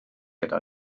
gyda